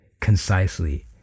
concisely